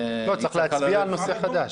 צריך להצביע על נושא חדש.